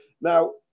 Now